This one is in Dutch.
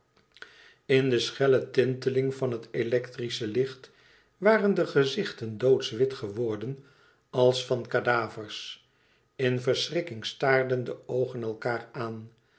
in de schelle tinteling van het electrische licht waren de gezichten doodswit geworden als van cadavers in verschrikking staarden de oogen elkaâr aan